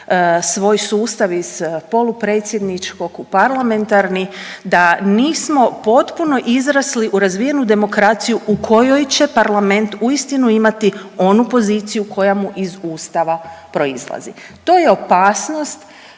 svoj sustav iz polupredsjedničkog u parlamentarni, da nismo potpuno izrasli u razvijenu demokraciju u kojoj će parlament uistinu imati onu poziciju koja mu iz ustava proizlazi. To je opasnost